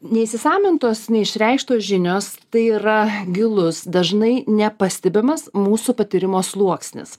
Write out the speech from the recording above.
neįsisavintos neišreikštos žinios tai yra gilus dažnai nepastebimas mūsų patyrimo sluoksnis